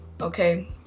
okay